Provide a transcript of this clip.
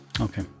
Okay